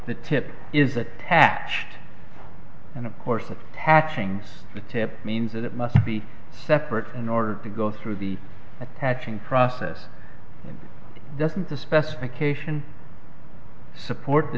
the tip is attached and of course it's hatchings the tip means that it must be separates in order to go through the attaching process doesn't the specification support the